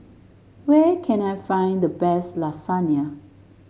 where can I find the best Lasagne